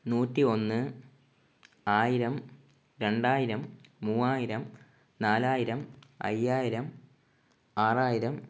നൂറ്റിയൊന്ന് ആയിരം രണ്ടായിരം മൂവായിരം നാലായിരം അയ്യായിരം ആറായിരം